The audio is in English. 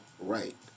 right